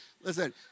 listen